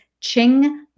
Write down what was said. Ching